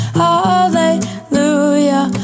hallelujah